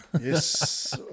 Yes